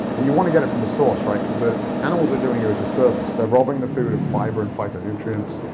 and you wanna get it from the source, right, cause the animals are doing you a disservice. they're robbing the food of fiber and fiber nutrients.